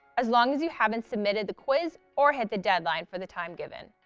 as long as you haven't submitted the quiz or hit the deadline for the time given.